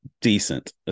decent